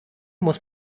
muss